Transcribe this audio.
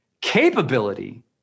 capability